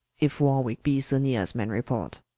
if warwicke be so neere as men report